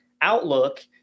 outlook